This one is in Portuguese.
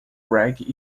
reggae